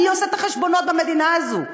מי עשה את החשבונות במדינה הזאת?